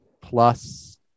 plus